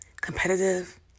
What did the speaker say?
competitive